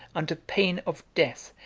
under pain of death,